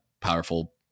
powerful